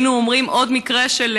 היינו אומרים עוד מקרה של